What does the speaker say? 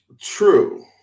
True